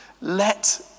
Let